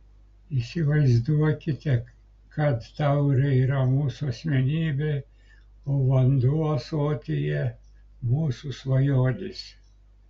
įsivaizduokite kad taurė yra mūsų asmenybė o vanduo ąsotyje mūsų svajonės